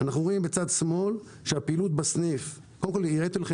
אנחנו רואים בצד שמאל שהפעילות בסניף הראיתי לכם